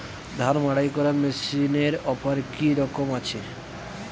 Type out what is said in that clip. ধান মাড়াই করার মেশিনের অফার কী রকম আছে?